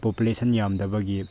population ꯌꯥꯝꯗꯕꯒꯤ